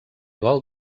gol